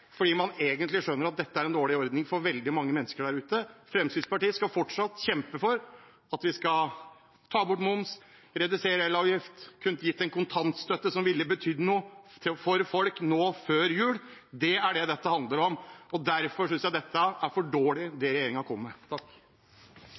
man skjønner egentlig at dette er en dårlig ordning for veldig mange mennesker der ute. Fremskrittspartiet skal fortsatt kjempe for at å ta bort moms, redusere el-avgift, kunne gi en kontantstøtte som ville betydd noe for folk nå før jul. Det er det dette handler om. Derfor synes jeg det regjeringen kommer med, er for dårlig.